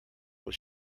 was